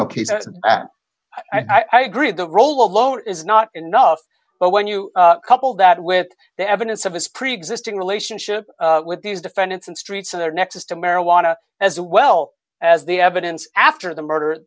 case i agree the role alone is not enough but when you couple that with the evidence of his preexisting relationship with these defendants in streets of their nexus to marijuana as well as the evidence after the murder